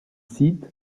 cite